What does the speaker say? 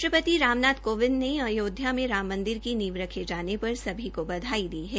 राष्ट्रपति रामनाथ कोविंद ने अयोध्या में राम मंदिर की नींव रखे जोन पर सभी को बधाई दी है